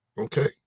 okay